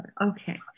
Okay